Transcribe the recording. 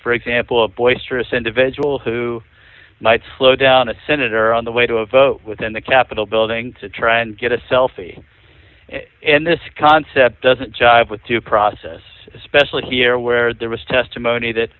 for example a boisterous individual who might slow down a senator on the way to a vote within the capitol building to try and get a selfie and this concept doesn't jive with two process especially here where there was testimony that